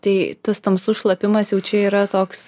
tai tas tamsus šlapimas jau čia yra toks